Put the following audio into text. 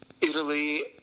Italy